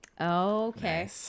okay